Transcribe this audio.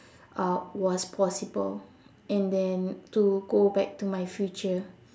uh was possible and then to go back to my future